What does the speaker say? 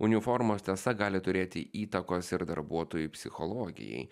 uniformos tiesa gali turėti įtakos ir darbuotojų psichologijai